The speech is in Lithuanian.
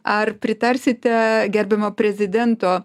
ar pritarsite gerbiamo prezidento